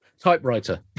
typewriter